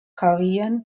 carrion